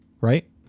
right